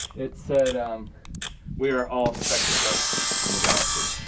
it said we are all specks of dust in the galaxy.